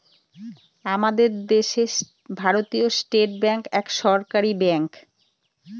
আমাদের দেশে ভারতীয় স্টেট ব্যাঙ্ক এক সরকারি ব্যাঙ্ক